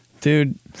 dude